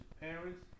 parents